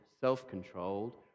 self-controlled